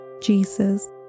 Jesus